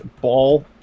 ball